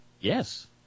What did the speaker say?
yes